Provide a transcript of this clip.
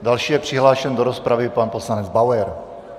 Další je přihlášen do rozpravy pan poslanec Bauer.